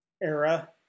era